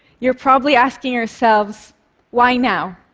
you're probably asking yourselves why now?